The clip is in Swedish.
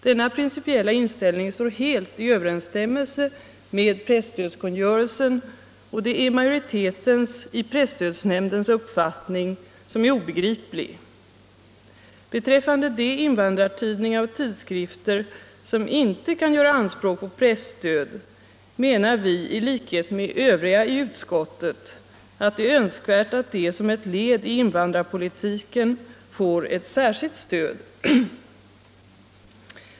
Denna principiella inställning står helt i överensstämmelse med presstödskungörelsen, och det är majoritetens i presstödsnämnden uppfattning som är obegriplig. Beträffande de invandrartidningar och tidskrifter som inte kan göra anspråk på presstöd menar vi i likhet med övriga i utskottet att det är önskvärt att de som ett led i invandrarpolitiken får ett särskilt stöd.